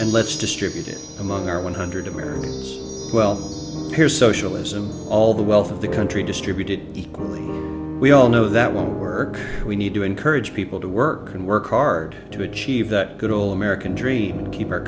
and let's distributed among our one hundred americans well here's socialism all the wealth of the country distributed equally we all know that won't work we need to encourage people to work and work hard to achieve that good old american dream and keep our